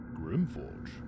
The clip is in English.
Grimforge